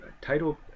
title